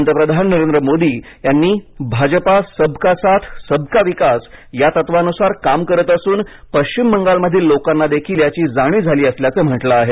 पंतप्रधान नरेंद्र मोदी यांनी भाजपा सबका साथ सबका विकास या तत्वानुसार काम करत असून पश्चिम बंगालमधील लोकांनादेखील याची जाणीव झाली असल्याचं म्हटलं आहे